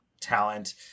talent